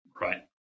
right